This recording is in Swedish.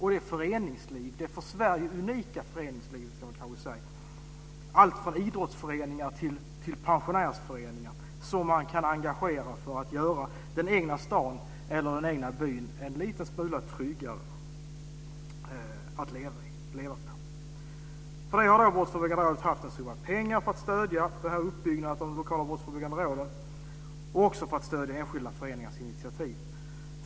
Här finns det för Sverige unika föreningslivet, allt från idrottsföreningar till pensionärsföreningar, som man kan engagera för att göra den egna staden eller den egna byn en liten smula tryggare att leva i. Tidigare har Brottsförebyggande rådet haft en summa pengar för att stödja utbyggnaden av de lokala brottsförebyggande råden och även för att stödja enskilda föreningars initiativ.